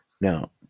Now